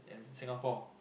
in Singapore